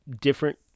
different